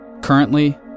Currently